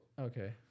okay